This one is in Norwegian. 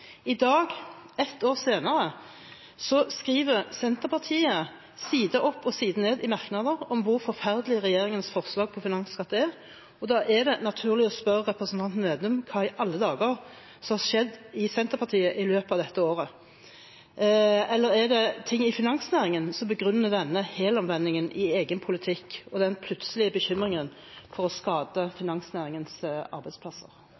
I dag, ett år senere, skriver Senterpartiet side opp og side ned i merknader om hvor forferdelig regjeringens forslag til finansskatt er. Da er det naturlig å spørre representanten Slagsvold Vedum: Hva i alle dager har skjedd i Senterpartiet i løpet av dette året? Eller er det ting i finansnæringen som begrunner denne helomvendingen i egen politikk, og den plutselige bekymringen for å skade finansnæringens arbeidsplasser?